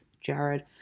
Jared